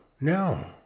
no